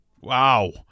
Wow